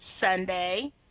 Sunday